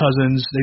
Cousins